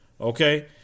okay